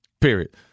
Period